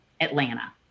Atlanta